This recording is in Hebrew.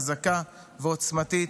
חזקה ועוצמתית,